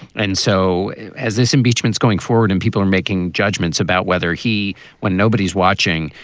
and so as this impeachment is going forward and people are making judgments about whether he when nobody's watching,